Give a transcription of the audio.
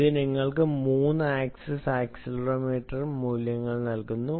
ഇത് നിങ്ങൾക്ക് 3 axis accelerometer മൂല്യങ്ങൾ നൽകുന്നു